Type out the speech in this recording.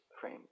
frame